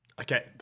Okay